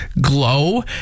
Glow